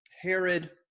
Herod